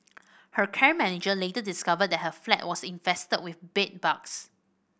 her care manager later discovered that her flat was infested with bedbugs